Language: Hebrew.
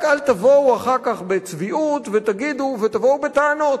רק אל תבואו אחר כך בצביעות ותבואו בטענות,